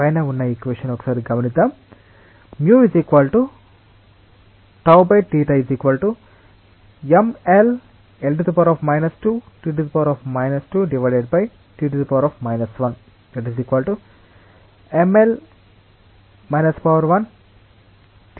పై నున్న ఇక్వెషన్ ని అనుసరించండి